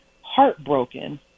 heartbroken